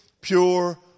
pure